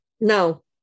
no